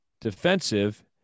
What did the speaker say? defensive